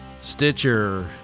Stitcher